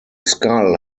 skull